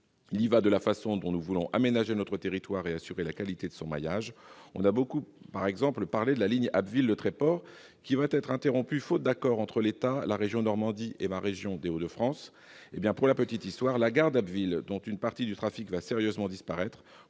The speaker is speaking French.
Il y va de la façon dont nous voulons aménager notre territoire et assurer la qualité de son maillage. Par exemple, on a beaucoup parlé de la ligne Abbeville-Le Tréport, qui va être fermée faute d'accord entre l'État, la région Normandie et ma région, les Hauts-de-France. Pour la petite histoire, la gare d'Abbeville, construite en 1855, vient d'être